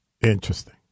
Interesting